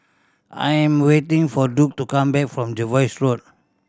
I am waiting for Duke to come back from Jervois Road